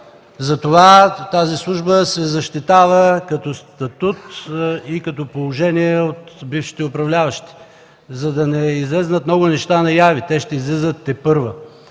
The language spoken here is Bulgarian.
Затова тази служба се защитава като статут и като положение от бившите управляващи – за да не излязат много неща на яве, а те ще излизат тепърва